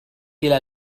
إلي